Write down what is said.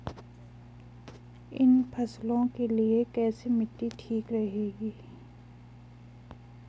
इन फसलों के लिए कैसी मिट्टी ठीक रहेगी?